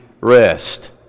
rest